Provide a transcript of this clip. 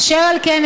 אשר על כן,